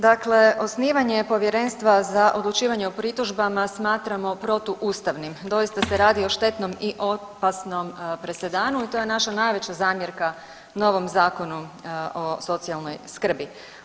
Dakle, osnivanje Povjerenstva za odlučivanje o pritužbama smatramo protuustvanim, doista se radi i štetnom i opasnom presedanu i to je naša najveća zamjerka novom Zakonu o socijalnoj skrbi.